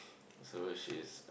so she is